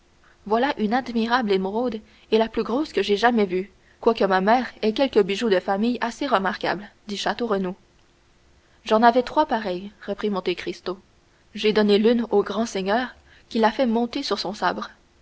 voilà une admirable émeraude et la plus grosse que j'aie jamais vue quoique ma mère ait quelques bijoux de famille assez remarquables dit château renaud j'en avais trois pareilles reprit monte cristo j'ai donné l'une au grand seigneur qui l'a fait monter sur son sabre